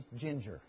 ginger